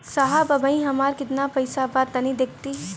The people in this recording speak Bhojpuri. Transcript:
साहब अबहीं हमार कितना पइसा बा तनि देखति?